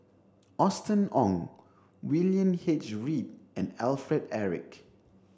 Austen Ong William H Read and Alfred Eric